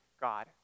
God